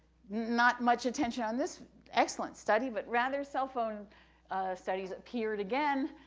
not much attention on this excellent study, but rather cell phone studies appeared again.